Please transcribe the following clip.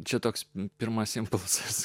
čia toks pirmas impulsas